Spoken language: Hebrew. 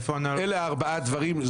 אלה ארבעה דברים,